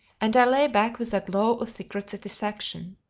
and i lay back with a glow of secret satisfaction.